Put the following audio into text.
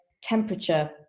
temperature